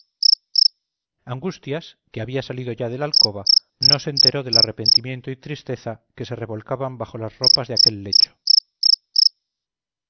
angustias que había salido ya de la alcoba no se enteró del arrepentimiento y tristeza que se revolcaban bajo las ropas de aquel lecho